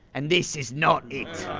and this is not it.